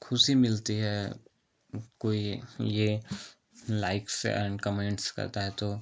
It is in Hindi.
ख़ुशी मिलती है कोई यह लाइक्स ऐंड कमेंट्स करता है तो